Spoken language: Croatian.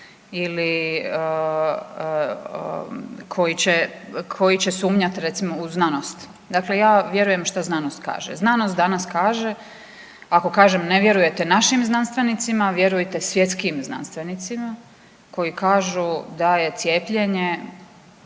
ili koji će sumnjat recimo u znanost. Dakle, ja vjerujem što znanost kaže. Znanost danas kaže ako kažem ne vjerujete našim znanstvenici, vjerujte svjetskim znanstvenicima koji kažu da je cijepljenje